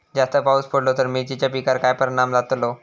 जास्त पाऊस पडलो तर मिरचीच्या पिकार काय परणाम जतालो?